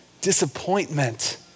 disappointment